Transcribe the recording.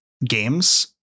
Games